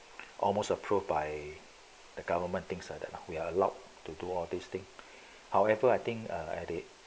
almost approved by the government things like that we are allowed to do all this thing however I think uh at it